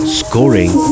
scoring